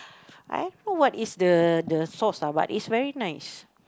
I don't know what is the the sauce lah but is very nice